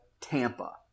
Tampa